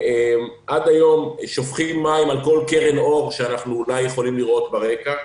עד היום שופכים מים על כל קרן אור שאנחנו אולי יכולים לראות ברקע.